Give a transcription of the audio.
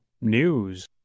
News